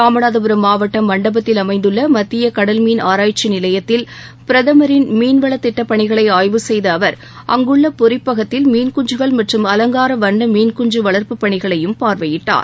ராமநாதபுரம் மாவட்டம் மண்டபத்தில் அமைந்துள்ள மத்திய கடல் மீன் ஆராய்ச்சி நிலையத்தில் பிரதமரின் மீன்வளத் திட்டப் பணிகளை ஆய்வு செய்த அவர் அங்குள்ள பொரிப்பகத்தில் மீன் குஞ்சுகள் மற்றும் அலங்கார வண்ண மீன்குஞ்சு வளர்ப்பு பணிகளையும் பார்வையிட்டார்